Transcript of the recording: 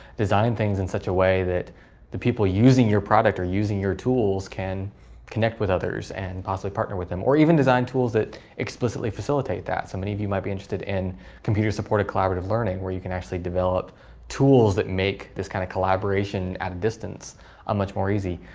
designing things in such a way, that the people using your product or using your tools, can connect with others and possibly partner with them. or even design tools that explicitly facilitate that. so many of you might be interested in computer supportive collaborative learning, where you can actually develop tools that make this kind of collaboration at a distance much more easy.